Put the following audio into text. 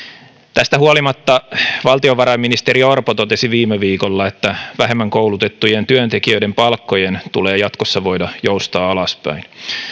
tästä huolimatta valtiovarainministeri orpo totesi viime viikolla että vähemmän koulutettujen työntekijöiden palkkojen tulee jatkossa voida joustaa alaspäin